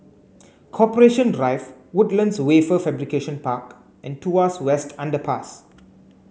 Corporation Drive Woodlands Wafer Fabrication Park and Tuas West Underpass